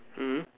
mmhmm